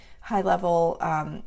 high-level